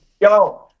Yo